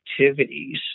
Activities